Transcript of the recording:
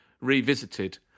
revisited